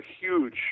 huge